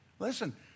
Listen